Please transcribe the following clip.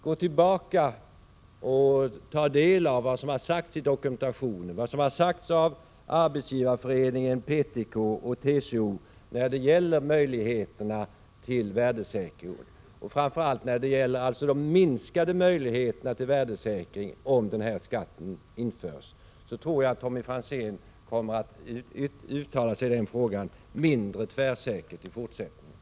Gå tillbaka och ta del av vad som sagts i dokumentationen från Arbetsgivareföreningen, PTK och TCO när det gäller de minskade möjligheterna till värdesäkring, om denna skatt genomförs. Jag tror att Tommy Franzén då i fortsättningen kommer att uttala sig mindre tvärsäkert i denna fråga.